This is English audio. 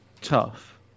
tough